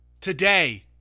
Today